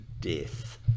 death